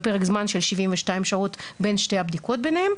בפרק זמן של 72 שעות בין שתי הבדיקות ביניהן.